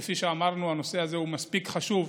כפי שאמרנו, הנושא הזה מספיק חשוב,